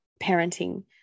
parenting